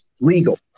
legal